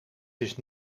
dus